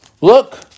Look